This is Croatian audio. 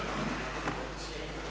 Hvala